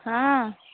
हाँ